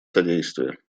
содействие